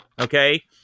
okay